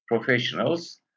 professionals